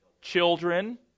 children